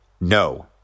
No